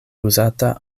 uzata